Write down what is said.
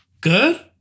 good